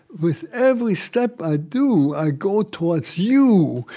with every step i do, i go towards you.